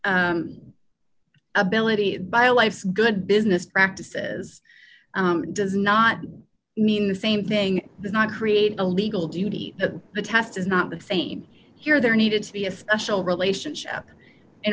ability by a life good business practices does not mean the same thing does not create a legal duty the cost is not the same here there needed to be a special relationship in